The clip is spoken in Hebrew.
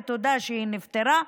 ותודה שהיא נפתרה,